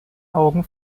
augen